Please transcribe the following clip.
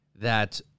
that-